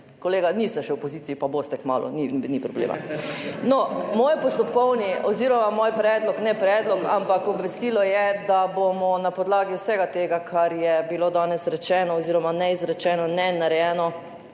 Kolega, niste še v opoziciji pa boste kmalu, ni problema. Moj postopkovni oziroma moj predlog, ne predlog, ampak obvestilo je, da bomo na podlagi vsega tega, kar je bilo danes rečeno oziroma ne izrečeno, ne narejeno